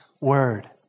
word